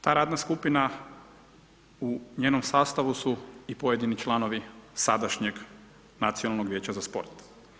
Ta radna skupina u njenom sastavu su i pojedini članovi, sadašnjeg Nacionalnog vijeća za sport.